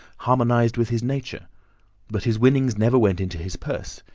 harmonised with his nature but his winnings never went into his purse,